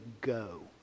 go